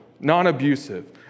non-abusive